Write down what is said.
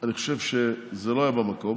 אני חושב שזה לא היה במקום